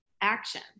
action